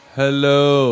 hello